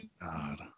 God